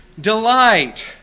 Delight